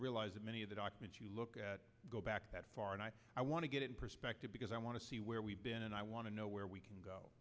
realize that many of the documents you look at go back that far and i want to get in perspective because i want to see where we've been and i want to know where we can go